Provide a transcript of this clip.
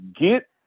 get